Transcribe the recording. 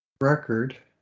record